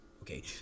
okay